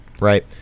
right